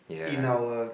in our